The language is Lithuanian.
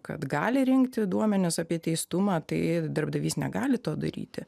kad gali rinkti duomenis apie teistumą tai darbdavys negali to daryti